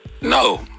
no